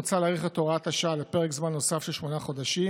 מוצע להאריך את הוראת השעה לפרק זמן נוסף של שמונה חודשים,